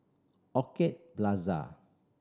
Orchid Plaza